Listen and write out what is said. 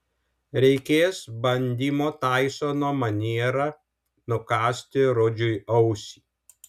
reikės bandymo taisono maniera nukąsti rudžiui ausį